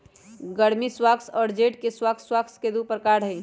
गर्मी स्क्वाश और जेड के स्क्वाश स्क्वाश के दु प्रकार हई